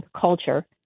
culture